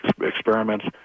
experiments